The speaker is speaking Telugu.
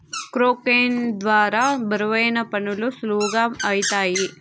క్రొక్లేయిన్ ద్వారా బరువైన పనులు సులువుగా ఐతాయి